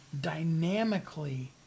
dynamically